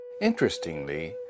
Interestingly